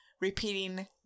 repeating